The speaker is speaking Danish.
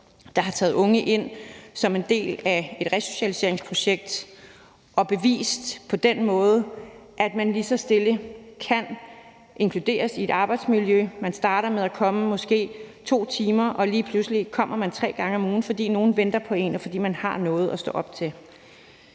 der har taget unge ind som en del af et resocialiseringsprojekt og på den måde bevist, at man lige så stille kan inkluderes i et arbejdsmiljø; man starter med at komme måske 2 timer, og lige pludselig kommer man tre gange om ugen, fordi nogen venter på en, og fordi man har noget at stå op til.